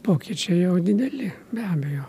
pokyčiai jau dideli be abejo